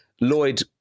Lloyd